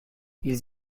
ils